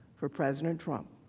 for president trump.